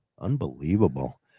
Unbelievable